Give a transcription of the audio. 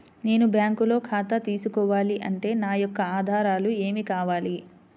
నేను బ్యాంకులో ఖాతా తీసుకోవాలి అంటే నా యొక్క ఆధారాలు ఏమి కావాలి?